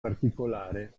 particolare